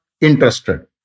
interested